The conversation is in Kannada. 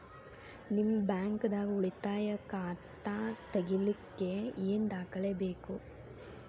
ನಿಮ್ಮ ಬ್ಯಾಂಕ್ ದಾಗ್ ಉಳಿತಾಯ ಖಾತಾ ತೆಗಿಲಿಕ್ಕೆ ಏನ್ ದಾಖಲೆ ಬೇಕು?